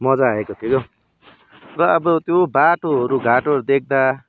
मज्जा आएको थियो क्याउ र अब त्यो बाटोहरू घाटोहरू देख्दा